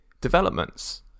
developments